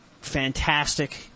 fantastic